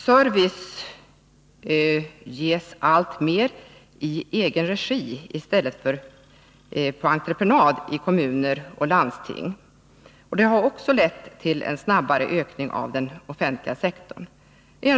Service i kommuner och landsting, t.ex. tvätt, städning och reparationer ges alltmer i ”egenregi” i stället för genom entreprenad. Det har lett till en snabbare ökning av den offentliga sektorn.